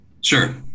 Sure